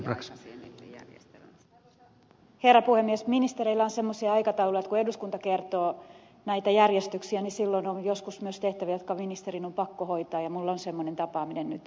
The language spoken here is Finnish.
ministereillä on semmoisia aikatauluja että kun eduskunta kertoo näitä järjestyksiä niin silloin on joskus myös tehtäviä jotka ministerin on pakko hoitaa ja minulla on semmoinen tapaaminen nyt